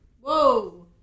Whoa